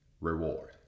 reward